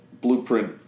blueprint